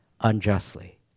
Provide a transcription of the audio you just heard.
unjustly